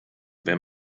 wenn